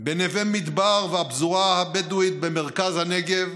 בנווה מדבר והפזורה הבדואית במרכז הנגב,